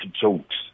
jokes